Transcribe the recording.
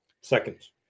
seconds